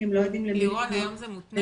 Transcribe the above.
כי הם לא יודעים למי לפנות,